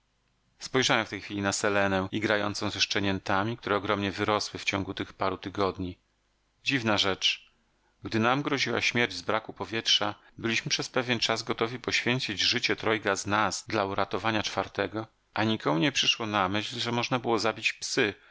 spojrzałem w tej chwili na selenę igrającą ze szczeniętami które ogromnie wyrosły w ciągu tych paru tygodni dziwna rzecz gdy nam groziła śmierć z braku powietrza byliśmy przez pewien czas gotowi poświęcić życie trojga z nas dla uratowania czwartego a nikomu nie przyszło na myśl że można było zabić psy